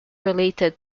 related